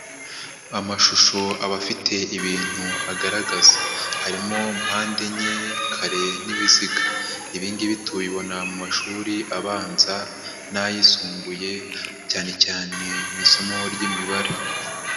Amashusho aba afite ibintu agaragaza, harimo mpande enye, kare n'ibiziga, ibi ngibi tubibona mu mashuri abanza n'ayisumbuye cyane cyane mu isomo ry'imibare.